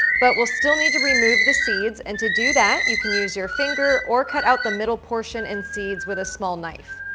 but we'll still need to remove the seeds, and to do that you can use your finger or cut out the middle portion and seeds with a small knife.